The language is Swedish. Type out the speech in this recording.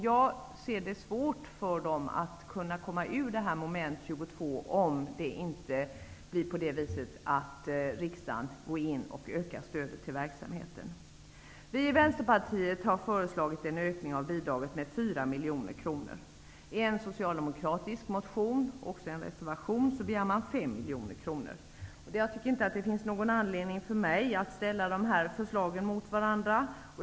Jag ser det som svårt för dem att kunna komma ur detta moment 22 om riksdagen inte ökar stödet till verksamheten. Vi i Vänsterpartiet har föreslagit en ökning av bidraget med 4 miljoner kronor. I en socialdemokratisk motion och reservation begärs 5 miljoner kronor. Jag tycker inte att det finns någon anledning för mig att ställa dessa förslag mot varandra.